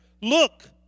Look